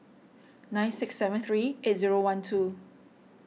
nine six seven three eight zero one two